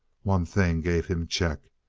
one thing gave him check.